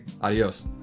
adios